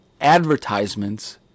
advertisements